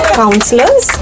counselors